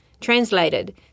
translated